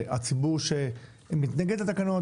הציבור שמתנגד לתקנות,